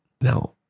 Now